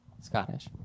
scottish